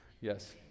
yes